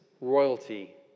royalty